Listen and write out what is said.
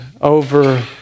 over